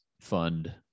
Fund